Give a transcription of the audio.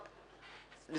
אני